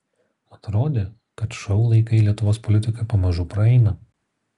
atrodė kad šou laikai lietuvos politikoje pamažu praeina